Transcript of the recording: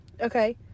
Okay